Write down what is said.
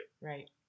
Right